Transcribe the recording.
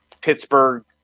Pittsburgh